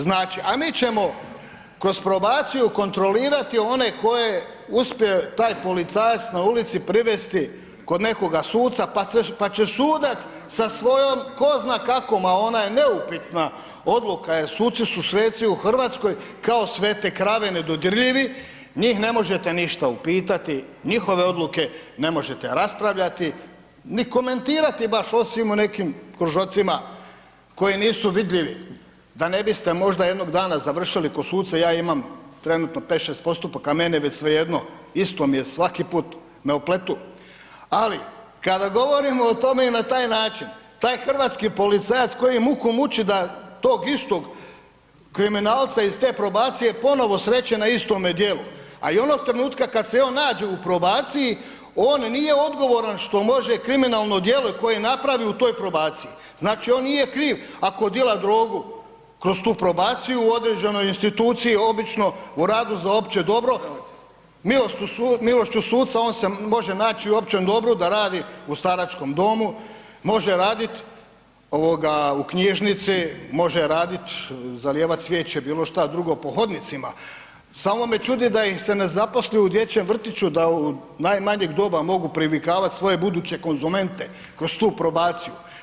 Znači, a mi ćemo kroz probaciju kontrolirati one koje uspje taj policajac na ulici privesti kod nekoga suca, pa će sudac sa svojom ko zna kakvom, a ona je neupitna, odluka, jer suci su sveci u RH, kao svete krave, nedodirljivi, njih ne možete ništa upitati, njihove odluke ne možete raspravljati, ni komentirati baš osim u nekim kružocima koji nisu vidljivi da ne biste možda jednog dana završili kod suca, ja imam trenutno 5-6 postupaka, meni je već svejedno, isto mi je, svaki put me opletu, ali kada govorimo o tome i na taj način, taj hrvatski policajac koji muku muči da tog istog kriminalca iz te probacije ponovo sreće na istome djelu, a i onog trenutka kad se i on nađe u probaciji on nije odgovoran što može kriminalno djelo koje napravi u toj probaciji, znači on nije kriv ako dila drogu kroz tu probaciju u određenoj instituciji, obično u radu za opće dobro, milošću suca on se može naći u općem dobru da radi u staračkom domu, može radit ovoga u knjižnici može radit, zalijevat cvijeće, bilo što drugo po hodnicima, samo me čudi da ih se ne zaposli u dječjem vrtiću, da od najmanjeg doba mogu privikivat svoje buduće konzumente kroz tu probaciju.